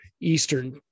eastern